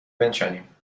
بنشانیم